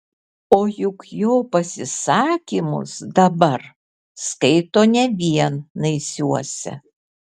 o juk jo pasisakymus dabar skaito ne vien naisiuose